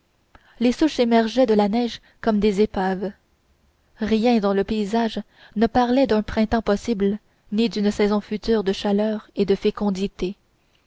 les souches émergeaient de la neige comme des épaves rien dans le paysage ne parlait d'un printemps possible ni d'une saison future de chaleur et de fécondité